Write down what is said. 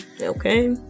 Okay